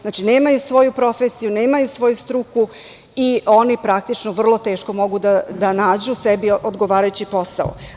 Znači, nemaju svoju profesiju, nemaju svoju struku i oni praktično vrlo teško mogu da nađu sebi odgovarajući posao.